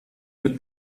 mit